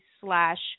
slash